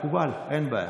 מקובל, אין בעיה.